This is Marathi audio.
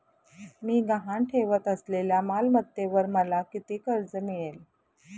मी गहाण ठेवत असलेल्या मालमत्तेवर मला किती कर्ज मिळेल?